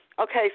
okay